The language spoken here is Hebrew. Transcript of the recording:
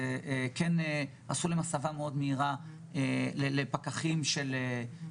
זה כבר לא רק טענות בסגנון "מגיע לי תוספת שכר" או "פוגעים בי כי...",